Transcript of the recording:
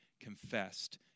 confessed